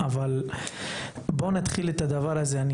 אבל בואו נתחיל את הדבר הזה.